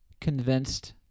convinced